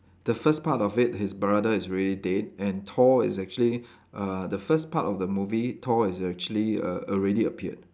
the first part of it his brother is already dead and Thor is actually uh the first part of the movie Thor is actually err already appeared